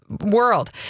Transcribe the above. world